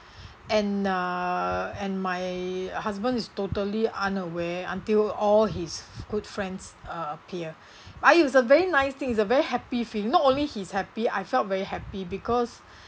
and uh and my husband is totally unaware until all his good friends uh appear but it was a very nice thing it's a very happy feel not only he's happy I felt very happy because